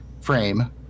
frame